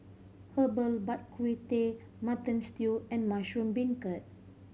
Herbal Bak Ku Teh Mutton Stew and mushroom beancurd